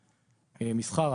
מסחר,